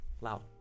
Loud